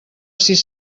sis